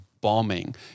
bombing